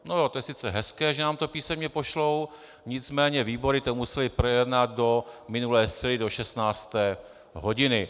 No jo, to je sice hezké, že nám to písemně pošlou, nicméně výbory to musely projednat do minulé středy do 16. hodiny.